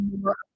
more